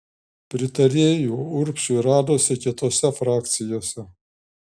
pritarėjų urbšiui radosi kitose frakcijose